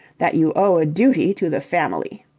that you owe a duty to the family.